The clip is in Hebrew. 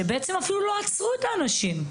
אפילו לא עצרו את האנשים.